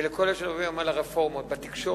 ולכל הקשורים לרפורמות בתקשורת,